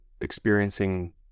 experiencing